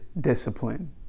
discipline